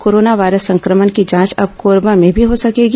corona virus संक्रमण की जांच अब कोरबा में भी हो सकेगी